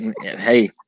Hey